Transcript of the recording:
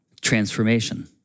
transformation